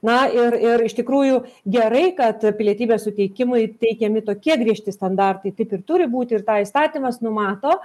na ir ir iš tikrųjų gerai kad pilietybės suteikimui teikiami tokie griežti standartai taip ir turi būti ir tą įstatymas numato